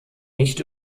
nicht